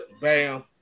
Bam